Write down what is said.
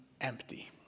empty